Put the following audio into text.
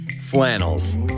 Flannels